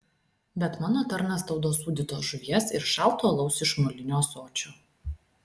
bet mano tarnas tau duos sūdytos žuvies ir šalto alaus iš molinio ąsočio